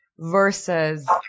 Versus